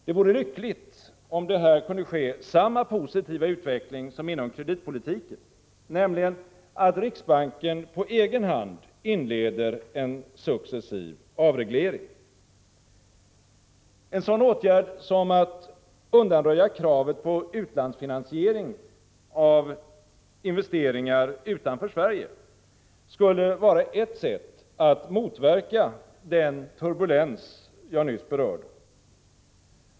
Det vore lyckligt om det här kunde ske samma positiva utveckling som inom kreditpolitiken, nämligen att riksbanken på egen hand inleder en successiv avreglering. En sådan åtgärd som att undanröja kravet på utlandsfinansiering av investeringar utanför Sverige skulle vara ett sätt att motverka den turbulens jag nyss berörde.